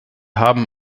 haben